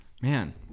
man